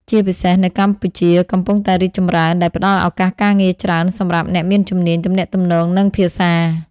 ជាពិសេសនៅកម្ពុជាកំពុងតែរីកចម្រើន ដែលផ្ដល់ឱកាសការងារច្រើនសម្រាប់អ្នកមានជំនាញទំនាក់ទំនង និងភាសា។